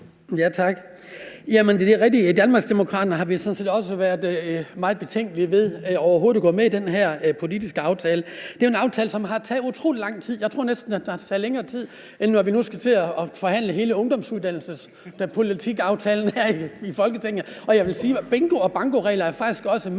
er rigtigt, og i Danmarksdemokraterne har vi sådan set også været meget betænkelige ved overhovedet at gå med i den her politiske aftale. Det er jo en aftale, som har taget utrolig lang tid. Jeg tror næsten, den har taget længere tid, end det kommer til, når vi nu skal til at forhandle hele ungdomsuddannelsespolitikaftalen her i Folketinget, og jeg vil sige, at bingo- og bankoregler faktisk også er